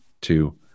two